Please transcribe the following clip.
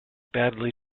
badly